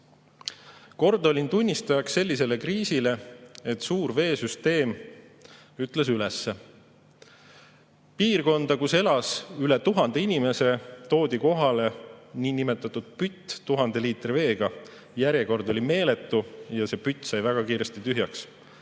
Kord olin tunnistajaks sellisele kriisile, et suur veesüsteem ütles üles. Piirkonda, kus elas üle 1000 inimese, toodi kohale pütt 1000 liitri veega. Järjekord oli meeletu ja see pütt sai väga kiiresti tühjaks.